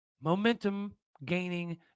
momentum-gaining